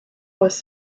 was